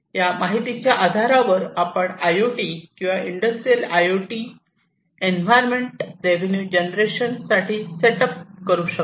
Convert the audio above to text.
या माहितीच्या आधारावर आपण आय ओ टी किंवा industrial I O T environment revenue generation साठी सेट अप करू शकतो